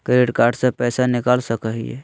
Credit card से पैसा निकल सकी हय?